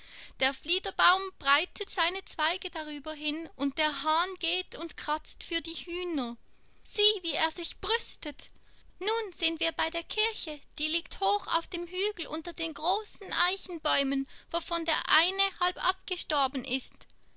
der fliederbaum breitet seine zweige darüber hin und der hahn geht und kratzt für die hühner sieh wie er sich brüstet nun sind wir bei der kirche die liegt hoch auf dem hügel unter den großen eichbäumen wovon der eine halb abgestorben ist